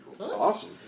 Awesome